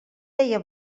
deia